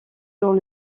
dans